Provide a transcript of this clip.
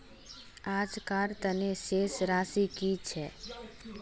आजकार तने शेष राशि कि छे?